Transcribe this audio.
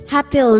Happy